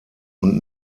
und